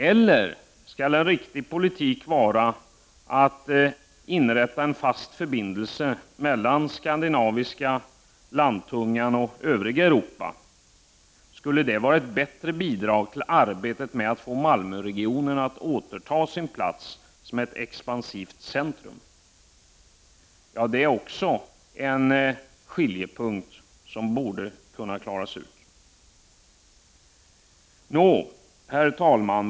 Eller skulle det vara ett bättre bidrag till arbetet med att få Malmöregionen att återta sin plats som ett expansivt centrum att inrätta en fast förbindelse mellan den skandinaviska landtungan och övriga Europa? Det är också en skiljepunkt som borde kunna klaras ut. Herr talman!